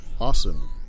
Awesome